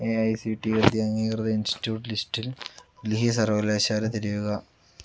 A I C T E അംഗീകൃത institute ലിസ്റ്റിൽ ഈ സർവകലാശാല തിരയുക